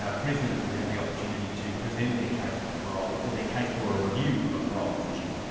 ah prisoners would have the opportunity to present their case for parole, or their case for a review of a parole decision,